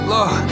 Look